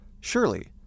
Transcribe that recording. Surely